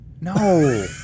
No